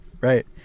right